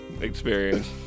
experience